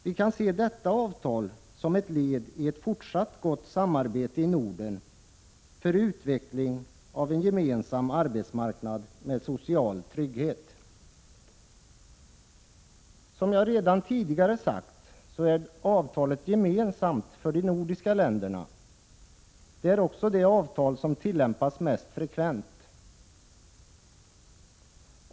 Vi kan se detta avtal som ett led i ett fortsatt gott samarbete inom Norden, för en utveckling av en gemensam arbetsmarknad med social trygghet. Som jag redan tidigare sagt är avtalet gemensamt för de nordiska länderna. Det är också det avtal som tillämpas mest frekvent.